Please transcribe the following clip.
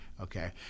Okay